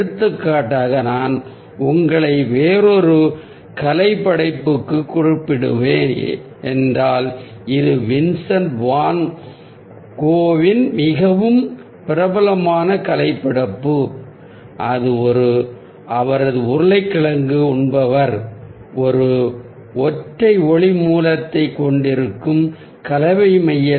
எடுத்துக்காட்டாக நான் உங்களை வேறொரு கலைப்படைப்புக்குக் குறிப்பிடுவேன் என்றால் இது வின்சென்ட் வான் கோவின் மிகவும் பிரபலமான கலைப்படைப்புபொட்டேட்டோ ஈடெர் மையத்தில் உள்ள ஒரு ஒற்றை ஒளி மூலத்தை கொண்ட ஒரு கூட்டமைவு